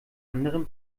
anderen